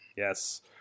Yes